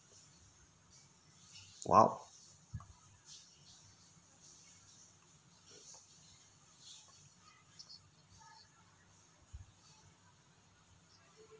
!wow!